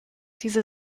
diese